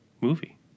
movie